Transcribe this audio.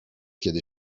kiedy